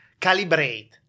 calibrate